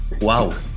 wow